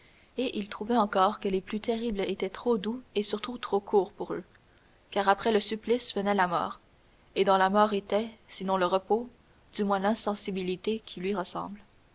et il trouvait encore que les plus terribles étaient trop doux et surtout trop courts pour eux car après le supplice venait la mort et dans la mort était sinon le repos du moins l'insensibilité qui lui ressemble